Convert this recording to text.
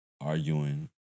arguing